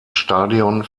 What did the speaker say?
stadion